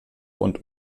und